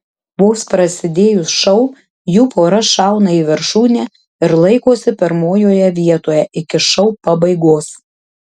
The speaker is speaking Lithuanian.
vos prasidėjus šou jų pora šauna į viršūnę ir laikosi pirmojoje vietoje iki šou pabaigos